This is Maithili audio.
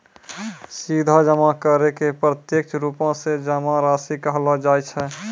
सीधा जमा करै के प्रत्यक्ष रुपो से जमा राशि कहलो जाय छै